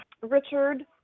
richard